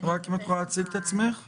רק תציגי את עצמך בבקשה.